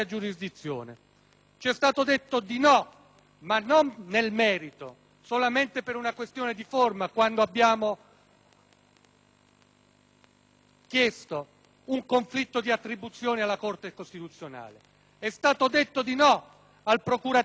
Ci è stato detto di no, ma non nel merito, solamente per una questione di forma, quando abbiamo chiesto un conflitto di attribuzione alla Corte costituzionale.